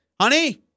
honey